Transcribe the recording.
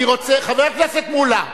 חבר הכנסת מולה.